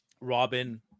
Robin